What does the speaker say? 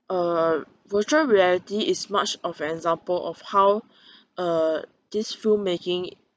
uh virtual reality is much of an example of how uh this filmmaking